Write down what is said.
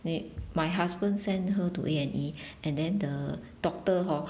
eh my husband send her to A&E and then the doctor hor